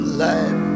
light